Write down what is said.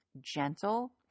gentle